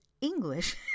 English